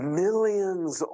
millions